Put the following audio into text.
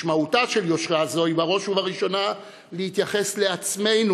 משמעותה של יושרה זו היא בראש ובראשונה להתייחס לעצמנו,